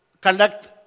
conduct